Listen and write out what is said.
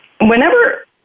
Whenever